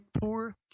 poor